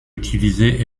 utilisés